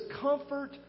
comfort